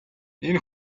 энэ